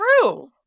true